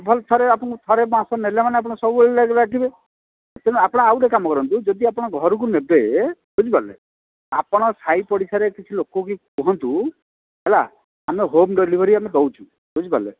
ଭଲ ଥରେ ଆପଣ ଥରେ ମାଂସ ନେଲେ ମାନେ ଆପଣ ସବୁବେଳେ ଡାକିବେ ତେଣୁ ଆପଣ ଆଉ ଗୋଟେ କାମ କରନ୍ତୁ ଯଦି ଆପଣ ଘରକୁ ନେବେ ବୁଝିପାରିଲେ ଆପଣ ସାହି ପଡ଼ିଶାରେ କିଛି ଲୋକଙ୍କୁ କୁହନ୍ତୁ ହେଲା ଆମେ ହୋମ୍ ଡେଲିଭରି ଆମେ ଦେଉଛୁ ବୁଝିପାରିଲେ